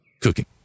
cooking